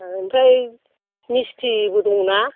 आर ओमफ्राय मिस्थिबो दङ ना